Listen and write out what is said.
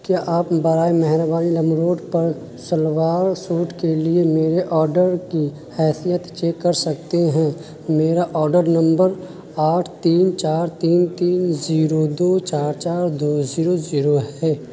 کیا آپ برائے مہربانی لمروڈ پر سلوار سوٹ کے لیے میرے آڈر کی حیثیت چیک کر سکتے ہیں میرا آڈر نمبر آٹھ تین چار تین تین زیرو دو چار چار دو زیرو زیرو ہے